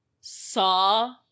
saw